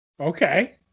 Okay